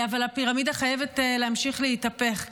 אבל הפירמידה חייבת להמשיך להתהפך,